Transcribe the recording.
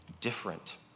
different